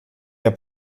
der